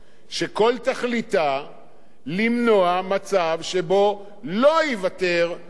למנוע מצב שבו לא ייוותר פתרון שהוא איננו פתרון אלים.